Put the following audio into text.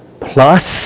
plus